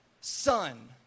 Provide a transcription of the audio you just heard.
son